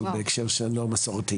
אבל בהקשר של נוער מסורתי.